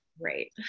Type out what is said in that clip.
right